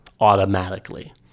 Automatically